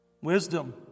Wisdom